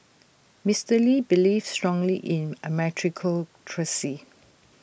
Mister lee believed strongly in A meritocracy